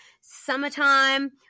summertime